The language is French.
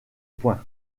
point